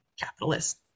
capitalist